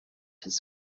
his